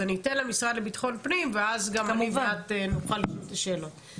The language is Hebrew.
אז אתן למשרד לביטחון הפנים ואז גם אני ואת נוכל לשאול שאלות.